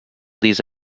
these